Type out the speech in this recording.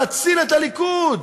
להציל את הליכוד.